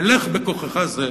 לך בכוחך זה,